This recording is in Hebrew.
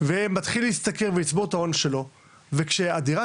ורק מתחיל להשתכר ולצבור את ההון שלו וברגע שהדירה